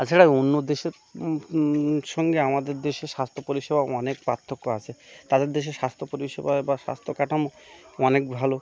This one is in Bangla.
এছাড়া অন্য দেশের সঙ্গে আমাদের দেশের স্বাস্থ্য পরিষেবার অনেক পার্থক্য আছে তাদের দেশের স্বাস্থ্য পরিষেবা বা স্বাস্থ্য কাঠামো অনেক ভালো